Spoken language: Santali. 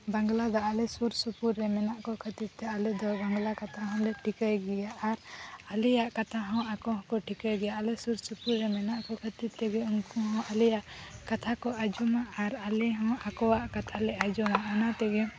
ᱵᱟᱝᱞᱟᱫᱚ ᱟᱞᱮ ᱥᱩᱨᱥᱩᱯᱩᱨ ᱨᱮ ᱢᱮᱱᱟᱜ ᱠᱚ ᱠᱷᱟᱹᱛᱤᱨᱛᱮ ᱟᱞᱮ ᱫᱚ ᱵᱟᱝᱞᱟ ᱠᱟᱛᱷᱟ ᱦᱚᱸᱞᱮ ᱴᱷᱤᱠᱟᱹᱭ ᱜᱮᱭᱟ ᱟᱨ ᱟᱞᱮᱭᱟᱜ ᱠᱟᱛᱷᱟ ᱦᱚᱸ ᱟᱠᱚ ᱦᱚᱸᱠᱚ ᱴᱷᱤᱠᱟᱹᱭ ᱜᱮᱭᱟ ᱟᱞᱮ ᱥᱩᱨᱥᱩᱯᱩᱨ ᱨᱮ ᱢᱮᱱᱟᱜ ᱠᱚ ᱠᱷᱟᱹᱛᱤᱨ ᱛᱮᱜᱮ ᱩᱱᱠᱩ ᱦᱚᱸ ᱟᱞᱮᱭᱟᱜ ᱠᱟᱛᱷᱟᱠᱚ ᱟᱸᱡᱚᱢᱟ ᱟᱨ ᱟᱞᱮᱦᱚᱸ ᱟᱠᱚᱣᱟᱜ ᱠᱟᱛᱷᱟᱞᱮ ᱟᱸᱡᱚᱢᱟ ᱚᱱᱟ ᱛᱮᱜᱮ